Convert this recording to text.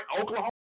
Oklahoma